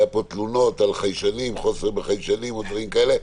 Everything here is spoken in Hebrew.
היו פה תלונות על חוסר בחיישנים או דברים כאלה.